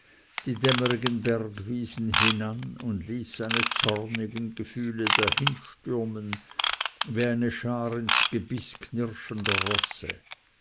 die dämmerigen bergwiesen hinan und ließ seine zornigen gefühle dahinstürmen wie eine schar ins gebiß knirschender rosse